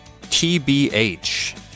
TBH